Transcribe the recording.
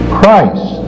Christ